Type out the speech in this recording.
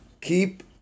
Keep